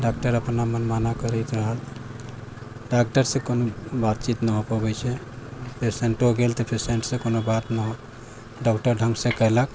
doctor अपना मनमाना करैत रहल डॉक्टरसँ कोनो बातचीत ना हो पबै छै पेसेंटो गेल तऽ पेसेंटसँ कोनो बात ना हो डॉक्टर ढङ्गसँ कयलक